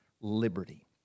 liberty